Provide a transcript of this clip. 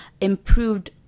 improved